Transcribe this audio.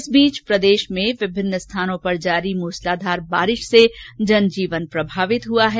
इस बीच प्रदेश में विभिन्न स्थानों पर जारी मूसलाधार बारिश से जनजीवन प्रभावित हुआ है